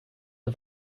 are